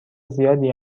زیادی